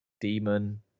demon